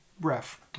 ref